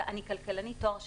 אני כלכלנית עם תואר שני,